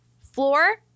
Floor